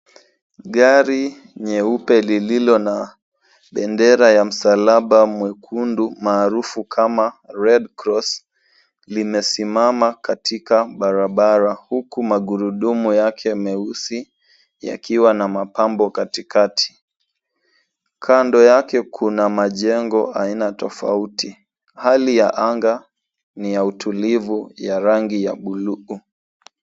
Gari nyeupe lililo na bendera ya msalaba mwekundu maarufu kama red cross , limesimama katika barabara huku magurudumu yake meusi yakiwa na mapambo katikati. Kando yake kuna majengo aina tofauti. Hali ya anga ni ya utulivu ya rangi ya bluu.